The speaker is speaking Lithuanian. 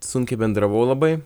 sunkiai bendravau labai